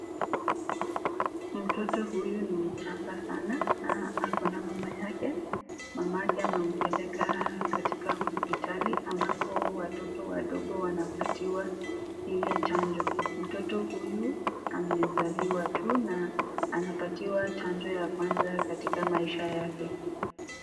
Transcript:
Mtoto huyu ni mchanga sana na ako na mama yake. Mama yake anampeleka katika hosipitali ambapo watoto wadogo wanapatiwa ile chanjo. Mtoto huyu amezaliwa tu na anapatiwa chanjo ya kwanza katika maisha yake.